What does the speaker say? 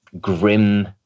grim